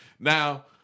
Now